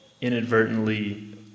inadvertently